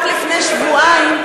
רק לפני שבועיים,